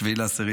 7 באוקטובר,